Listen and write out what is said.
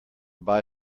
buy